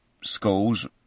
schools